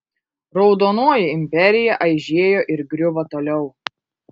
raudonoji imperija aižėjo ir griuvo toliau